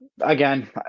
again